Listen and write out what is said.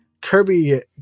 Kirby